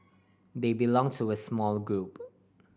they belong to a small group